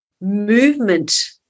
Movement